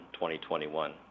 2021